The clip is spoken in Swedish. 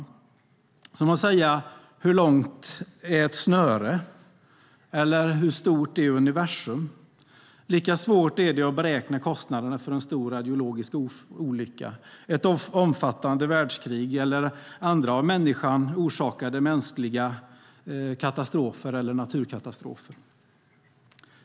Det är som att säga hur långt ett snöre är eller hur stort universum är. Lika svårt är det att beräkna kostnaderna för en stor radiologisk olycka, ett omfattande världskrig eller andra av människan orsakade mänskliga katastrofer eller naturkatastrofer.